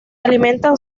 alimentan